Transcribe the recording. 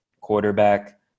quarterback